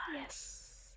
Yes